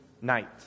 night